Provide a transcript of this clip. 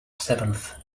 seventh